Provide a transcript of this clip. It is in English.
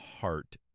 heart